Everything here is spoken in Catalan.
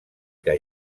que